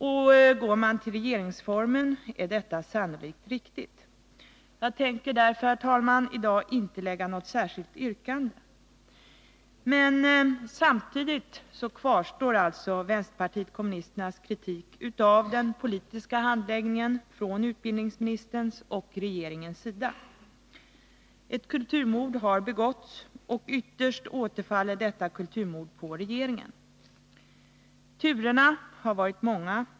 Och går man till regeringsformen är detta sannolikt riktigt. Jag tänker därför, herr talman, i dag inte lägga något särskilt yrkande. Men samtidigt kvarstår alltså vpk:s kritik av den politiska handläggningen från utbildningsministerns och regeringens sida. Ett kulturmord har begåtts, och ytterst återfaller detta kulturmord på regeringen. Turerna har varit många.